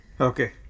Okay